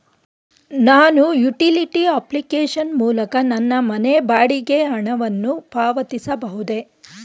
ನಾನು utility application ಮೂಲಕ ನನ್ನ ಮನೆ ಬಾಡಿಗೆ ಹಣವನ್ನು ಪಾವತಿಸಬಹುದೇ?